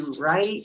right